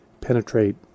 penetrate